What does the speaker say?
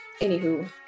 Anywho